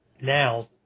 now